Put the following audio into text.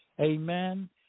Amen